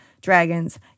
dragons